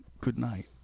Goodnight